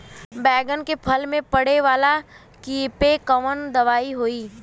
बैगन के फल में पड़े वाला कियेपे कवन दवाई होई?